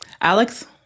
Alex